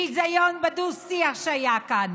ביזיון בדו-שיח שהיה כאן,